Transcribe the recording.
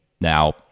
Now